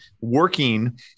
working